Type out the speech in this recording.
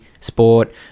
sport